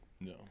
No